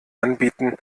anbieten